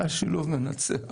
זה היה שילוב מנצח.